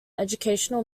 educational